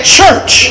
church